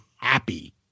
Happy